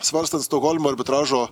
svarstant stokholmo arbitražo